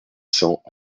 cents